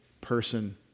person